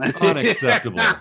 Unacceptable